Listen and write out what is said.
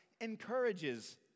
encourages